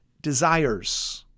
desires